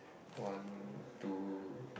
one two